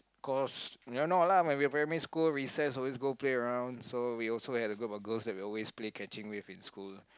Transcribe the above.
cause y'all know lah when we were primary school recess always go play around so we also had a group of girls that we always play catching with in school